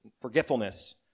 forgetfulness